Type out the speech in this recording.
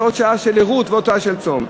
זה עוד שעה של ערות ועוד שעה של צום.